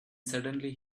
suddenly